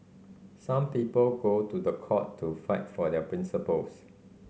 some people go to the court to fight for their principles